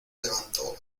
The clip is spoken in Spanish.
levantó